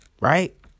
right